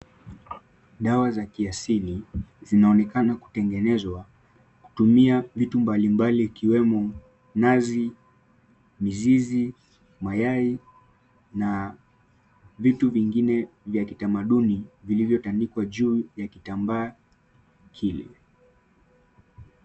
Dawa za kiasili zinaonekana kutengenezwa kutumia vitu mbalimbali ikiwemo mnazi, mizizi, mayai na vitu vingine vya kitamaduni vilivyotandikwa juu ya kitambaa kile.